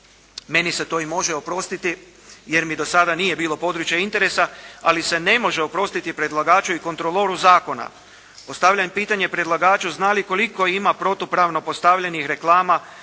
Meni se to i može oprostiti jer mi do sada nije bilo područje interesa, ali se ne može oprostiti predlagaču i kontrolu zakona. Postavljam pitanje predlagaču. Zna li koliko ima protupravno postavljenih reklama